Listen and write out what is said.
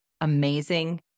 amazing